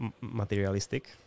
materialistic